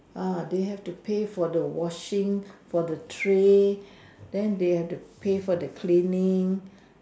ah they have to pay for the washing for the tray then they have to pay for the cleaning